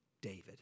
David